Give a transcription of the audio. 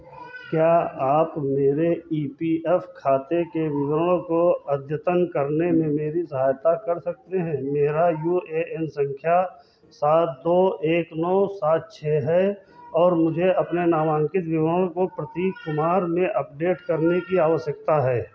क्या आप मेरे ई पी एफ खाते के विवरण को अद्यतन करने में मेरी सहायता कर सकते हैं मेरा यू ए एन संख्या सात दो एक नौ सात छः है और मुझे अपने नामांकित विवरणों को प्रतीक कुमार में अपडेट करने की आवश्यकता है